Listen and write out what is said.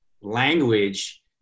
language